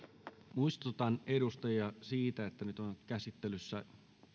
muistutan edustajia siitä että nyt on käsittelyssä